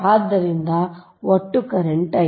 ಆದ್ದರಿಂದ ಒಟ್ಟು current I